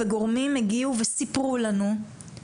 וגורמים הגיעו וסיפרו לנו,